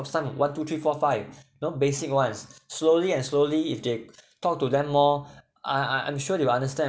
some one two three four five know basic ones slowly and slowly if they talk to them more I I'm sure they will understand